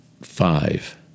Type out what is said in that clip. five